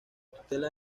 tutela